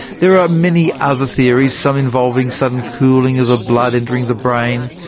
there are many other theories, some involving sudden cooling of the blood entering the brain,